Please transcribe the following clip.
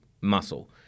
muscle